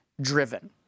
driven